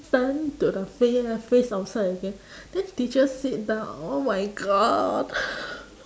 turn to the fa~ lah face outside again then teacher sit down oh my god